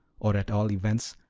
or, at all events,